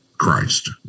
Christ